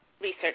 research